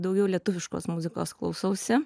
daugiau lietuviškos muzikos klausausi